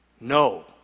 No